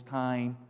time